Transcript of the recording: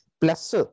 plus